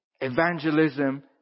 Evangelism